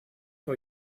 for